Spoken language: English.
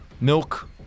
Milk